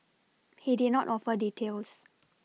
he did not offer details